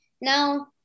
now